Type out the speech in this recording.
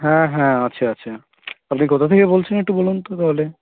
হ্যাঁ হ্যাঁ আছে আছে আপনি কোথা থেকে বলছেন একটু বলুন তো তাহলে